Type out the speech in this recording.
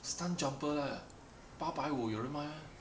stumpjumper leh 八百五有人卖 meh